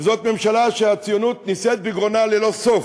וזאת ממשלה שהציונות נישאת מגרונה ללא סוף.